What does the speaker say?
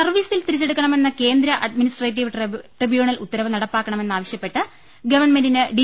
സർവീസിൽ തിരിച്ചെടുക്കണമെന്ന കേന്ദ്ര അഡ്മിനിസ്ട്രേറ്റീവ് ട്രിബ്യൂ ണൽ ഉത്തരവ് നടപ്പാക്കണമെന്നാവശ്യപ്പെട്ട് ഗവൺമെന്റിന് ഡി